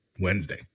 Wednesday